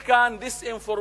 יש כאן דיסאינפורמציה,